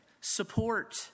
support